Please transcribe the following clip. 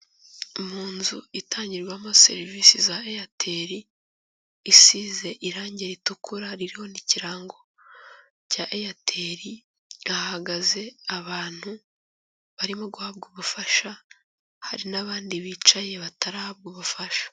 Mu nzu itangirwamo serivise za Airtel isize irange ritukura ririho n' ikirango cya Airtel. Hahagaze abantu barimo guhabwa ubufasha, hari n'abandi bicaye batarahabwa ubufasha.